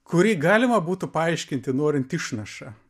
kurį galima būtų paaiškinti norint išnaša